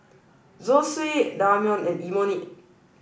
Zosui Ramyeon and Imoni